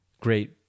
Great